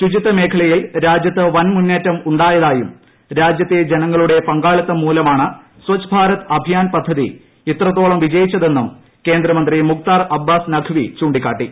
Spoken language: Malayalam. ശുചിത്വമേഖലയിൽ രാജ്യത്ത് വൻ മുന്നേറ്റമുണ്ടായതായും രാജ്യത്തെ ജനങ്ങളുടെ പങ്കാളിത്തം മൂലമാണ് സച്ച് ഭാരത് അഭിയാൻ പദ്ധതി ഇത്രത്തോളം വിജയിച്ചുതെന്നും കേന്ദ്രമന്ത്രി മുഖ്താർ അബ്ബാസ് നഖ്വി ചൂണ്ടിക്കാട്ടി